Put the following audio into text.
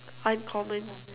uncommon